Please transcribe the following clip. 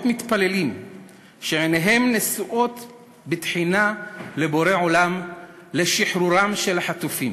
מתפללים שעיניהם נשואות בתחינה לבורא עולם לשחרורם של החטופים: